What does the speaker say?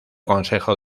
consejo